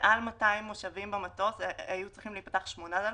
במעל 200 מושבים במטוס צריכים להיפתח שמונה דלפקים,